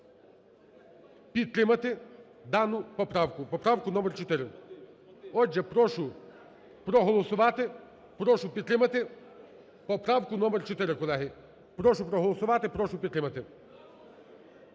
підтримати дану поправку, поправку номер 4. Отже, прошу проголосувати, прошу підтримати поправку номер 4, колеги. Прошу проголосувати, прошу підтримати.